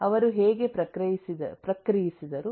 ಅವರು ಹೇಗೆ ಪ್ರತಿಕ್ರಿಯಿಸಿದರು